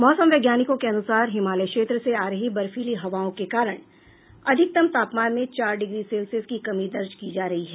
मौसम वैज्ञानिकों के अनुसार हिमालय क्षेत्र से आ रही बर्फीली हवाओं के कारण अधिकतम तापमान में चार डिग्री सेल्सियस की कमी दर्ज की जा रही है